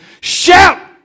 Shout